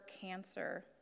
cancer